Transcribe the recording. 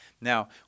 Now